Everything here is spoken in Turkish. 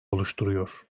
oluşturuyor